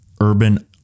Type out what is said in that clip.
urban